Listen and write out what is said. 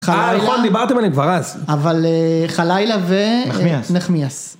אה, נכון, דיברתם עליהם כבר אז. אבל חלילה ונחמיאס.